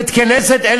בית-כנסת, אין